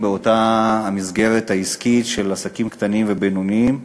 באותה מסגרת עסקית של עסקים קטנים ובינוניים